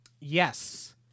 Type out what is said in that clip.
Yes